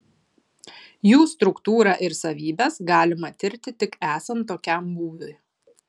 jų struktūrą ir savybes galima tirti tik esant tokiam būviui